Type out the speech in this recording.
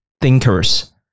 thinkers